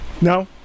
No